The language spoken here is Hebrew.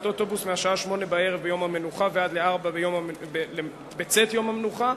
אוטובוס מהשעה 20:00 בערב יום המנוחה עד שעה 16:00 בצאת יום המנוחה,